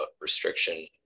restriction